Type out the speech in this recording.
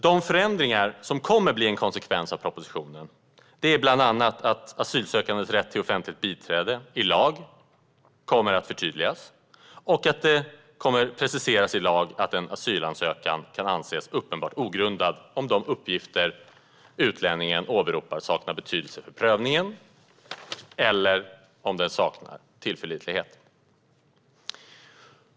De förändringar som kommer att bli en konsekvens av propositionen är bland annat att asylsökandes rätt till offentligt biträde i lag förtydligas och att det kommer att preciseras i lag att en asylansökan kan anses uppenbart ogrundad om de uppgifter som utlänningen åberopar saknar betydelse för prövningen av ansökan eller om den saknar tillförlitlighet.